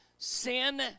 Sin